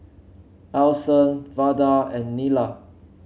Alston Vada and Nila